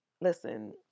listen